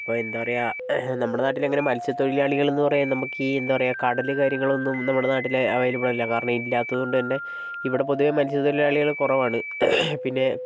ഇപ്പോൾ എന്താണ് പറയുക നമ്മുടെ നാട്ടിലെ അങ്ങനെ മത്സ്യത്തൊഴിലാളികൾ എന്ന് പറയാൻ നമുക്ക് ഈ എന്താണ് പറയുക കടൽ കാര്യങ്ങൾ ഒന്നും നമ്മുടെ നാട്ടിൽ അവൈലബിൾ അല്ല കാരണം ഇല്ലാത്തതുകൊണ്ട് തന്നെ ഇവിടെ പൊതുവേ മത്സ്യത്തൊഴിലാളികൾ കുറവാണ് പിന്നെ